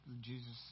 Jesus